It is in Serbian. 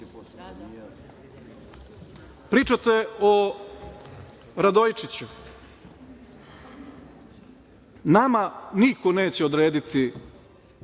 klan. Pričate o Radojičiću. Nama niko neće odrediti